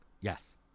Yes